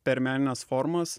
per menines formas